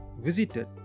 visited